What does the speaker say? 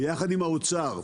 ביחד עם האוצר,